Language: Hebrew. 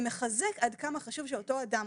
דבר זה מחזק עד כמה חשוב שאותו אדם,